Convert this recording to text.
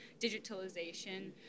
digitalization